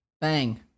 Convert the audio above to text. Bang